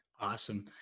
Awesome